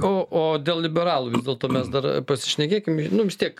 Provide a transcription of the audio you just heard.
o o dėl liberalų vis dėlto mes dar pasišnekėkim nu vis tiek